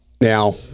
Now